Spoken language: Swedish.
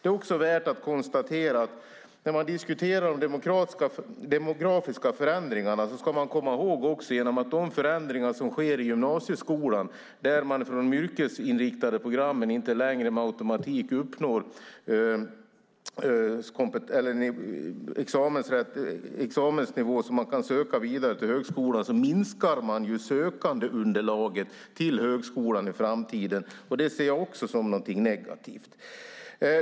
När vi diskuterar de demografiska förändringarna ska vi komma ihåg att genom de förändringar som sker i gymnasieskolan, där elever på de yrkesinriktade programmen inte längre med automatik uppnår examensnivåer så att de kan söka vidare till högskolan, minskar sökandeunderlaget till högskolan i framtiden. Det ser jag också som någonting negativt.